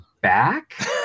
back